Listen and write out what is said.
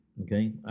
okay